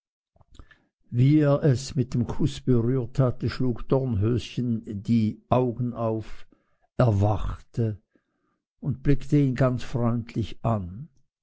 wie er es mit dem kuß berührt hatte schlug dornröschen die augen auf erwachte und blickte ihn ganz freundlich an